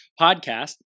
podcast